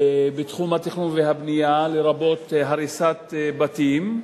בתחום התכנון והבנייה, לרבות הריסת בתים,